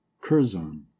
curzon